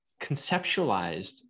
conceptualized